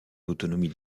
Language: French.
l’autonomie